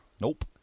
Nope